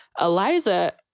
Eliza